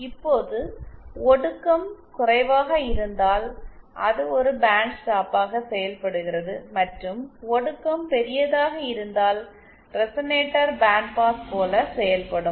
இப்போது ஒடுக்கம் குறைவாக இருந்தால் அது ஒரு பேண்ட்ஸ்டாப்பாக செயல்படுகிறது மற்றும் ஒடுக்கம் பெரியதாக இருந்தால் ரெசனேட்டர் பேண்ட்பாஸ் போல செயல்படும்